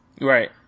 Right